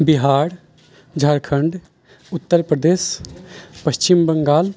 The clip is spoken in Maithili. बिहार झारखण्ड उत्तरप्रदेश पश्चिम बंगाल